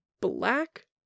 Black